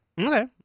Okay